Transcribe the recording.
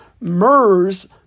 MERS